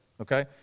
Okay